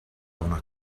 una